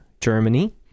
Germany